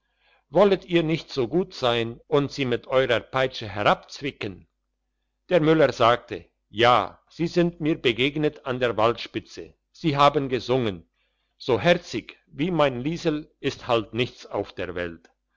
wolltet ihr nicht so gut sein und sie mit eurer peitsche herabzwicken der müller sagte ja sie sind mir begegnet an der waldspitze sie haben gesungen so herzig wie mein liesel ist halt nichts auf der welt